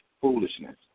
foolishness